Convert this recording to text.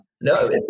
no